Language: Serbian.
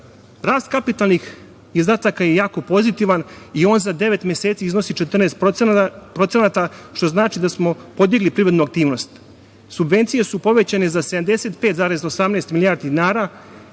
Rast kapitalnih izdataka je jako pozitivan i on za devet meseci iznosi 14%, što znači da smo podigli privrednu aktivnost. Subvencije su povećane za 75,18 milijardi dinara,